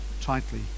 tightly